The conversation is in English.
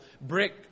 brick